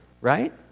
Right